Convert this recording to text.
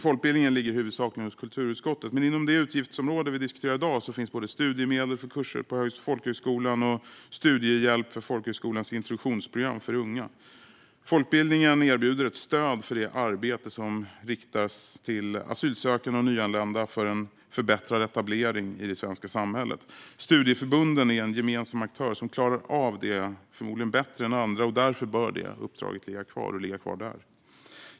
Folkbildningen ligger huvudsakligen hos kulturutskottet, men inom det utgiftsområde vi diskuterar i dag finns både studiemedel för kurser på folkhögskolan och studiehjälp för folkhögskolans introduktionsprogram för unga. Folkbildningen erbjuder ett stöd för det arbete som riktas till asylsökande och nyanlända för en förbättrad etablering i det svenska samhället. Studieförbunden är en gemensam aktör som förmodligen klarar av detta bättre än andra, och därför bör detta uppdrag ligga kvar där.